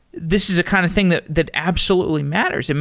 this is a kind of thing that that absolutely matters. and